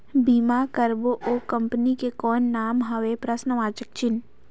बीमा करबो ओ कंपनी के कौन नाम हवे?